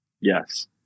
Yes